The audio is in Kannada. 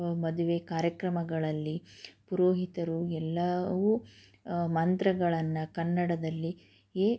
ಮದುವೆ ಕಾರ್ಯಕ್ರಮಗಳಲ್ಲಿ ಪುರೋಹಿತರು ಎಲ್ಲವೂ ಮಂತ್ರಗಳನ್ನು ಕನ್ನಡದಲ್ಲಿಯೇ